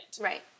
right